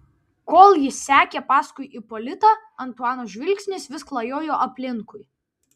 kol jis sekė paskui ipolitą antuano žvilgsnis vis klajojo aplinkui